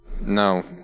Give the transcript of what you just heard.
no